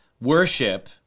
worship